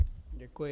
Děkuji.